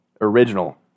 Original